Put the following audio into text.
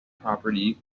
property